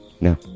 No